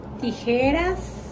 Tijeras